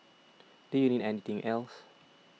do you need anything else